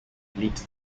complete